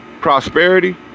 prosperity